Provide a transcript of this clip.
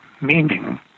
meaning